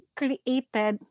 created